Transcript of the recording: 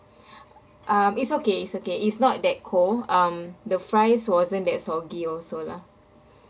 um it's okay it's okay it's not that cold um the fries wasn't that soggy also lah